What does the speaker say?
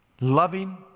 loving